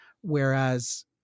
whereas